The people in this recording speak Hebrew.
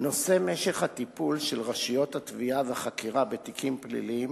משך הטיפול של רשויות התביעה והחקירה בתיקים פליליים